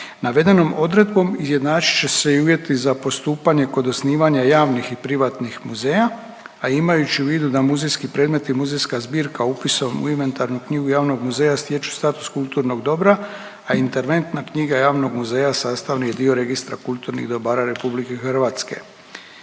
Navedenom odredbom izjednačit će se i uvjeti za postupanje kod osnivanja javnih i privatnih muzeja, a imajući u vidu da muzejski predmeti i muzejska zbirka upisom u inventarnu knjigu javnog muzeja stječu status kulturnog dobra, a interventna knjiga javnog muzeja sastavni je dio registra kulturnih dobara RH.